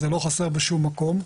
זה לא חסר בשום מקום.